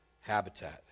habitat